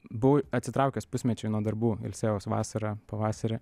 buvau atsitraukęs pusmečiui nuo darbų ilsėjaus vasarą pavasarį